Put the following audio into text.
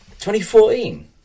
2014